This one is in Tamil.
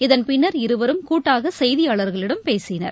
இதன் பின்னர் இருவரும் கூட்டாக செய்தியாளர்களிடம் பேசினர்